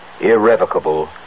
irrevocable